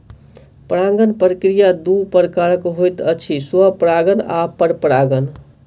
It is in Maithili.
परागण प्रक्रिया दू प्रकारक होइत अछि, स्वपरागण आ परपरागण